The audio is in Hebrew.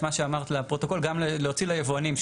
את מה שאמרת לפרוטוקול גם להוציא ליבואנים,